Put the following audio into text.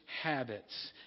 habits